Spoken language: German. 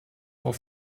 auf